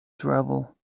travel